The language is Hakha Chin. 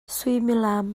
suimilam